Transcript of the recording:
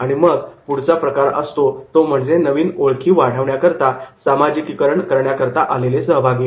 आणि मग पुढचा प्रकार असतो ते म्हणजे नवीन ओळखी वाढवण्याकरता सामाजिकीकरण करण्याकरिता आलेले सहभागी